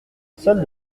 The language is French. seul